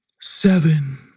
seven